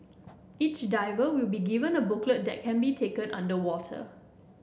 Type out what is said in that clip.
each diver will be given a booklet that can be taken underwater